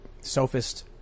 sophist